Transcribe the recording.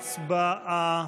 הצבעה.